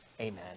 Amen